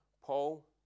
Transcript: Paul